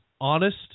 honest